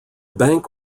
bank